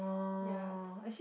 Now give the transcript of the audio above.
ya